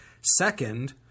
second